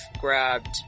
grabbed